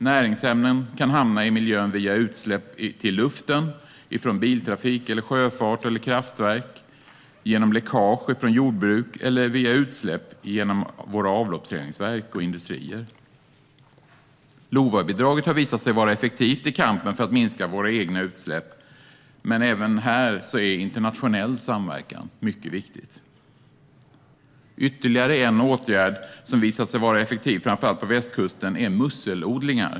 Näringsämnen kan hamna i miljön via utsläpp till luften från biltrafik, sjöfart eller kraftverk, via läckage från jordbruk eller via utsläpp från våra avloppsreningsverk och industrier. LOVA-bidraget har visat sig vara effektivt i kampen för att minska våra egna utsläpp, men även här är internationell samverkan mycket viktig. Ytterligare en åtgärd som visat sig vara effektiv, framför allt på västkusten, är musselodlingar.